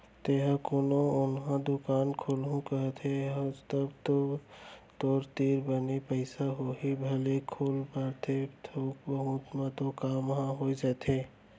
तेंहा कोनो ओन्हा दुकान खोलहूँ कहत हस तव तो तोर तीर बने पइसा होही तभे खोल पाबे थोक बहुत म तो काम ह नइ बनय